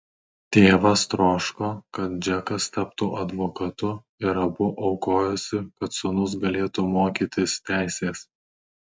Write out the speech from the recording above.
tėvas troško kad džekas taptų advokatu ir abu aukojosi kad sūnus galėtų mokytis teisės